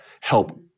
help